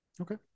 Okay